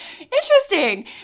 interesting